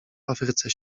afryce